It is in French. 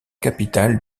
capitale